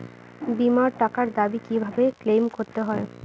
বিমার টাকার দাবি কিভাবে ক্লেইম করতে হয়?